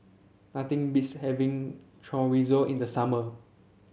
nothing beats having Chorizo in the summer